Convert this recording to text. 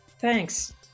Thanks